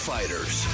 Fighters